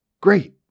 Great